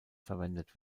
verwendet